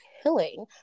killing